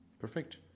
Perfect